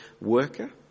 worker